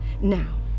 Now